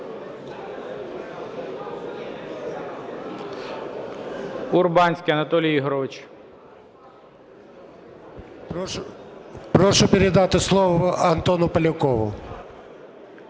Прошу передати слово Антону Полякову.